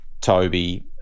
Toby